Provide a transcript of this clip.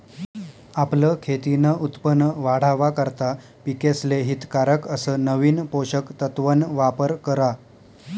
आपलं खेतीन उत्पन वाढावा करता पिकेसले हितकारक अस नवीन पोषक तत्वन वापर करा